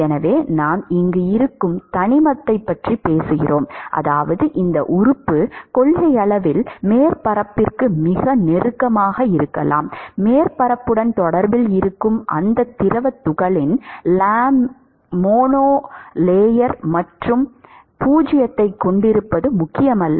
எனவே நாம் இங்கு இருக்கும் தனிமத்தைப் பற்றி பேசுகிறோம் அதாவது இந்த உறுப்பு கொள்கையளவில் மேற்பரப்புக்கு மிக நெருக்கமாக இருக்கலாம் மேற்பரப்புடன் தொடர்பில் இருக்கும் அந்த திரவத் துகளின் மோனோலேயர் மட்டும் பூஜ்ஜியத்தைக் கொண்டிருப்பது முக்கியமல்ல